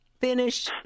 finish